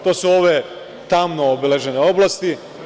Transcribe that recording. To su ove tamno obeležene oblasti.